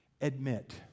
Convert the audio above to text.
Admit